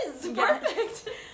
perfect